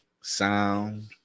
Sound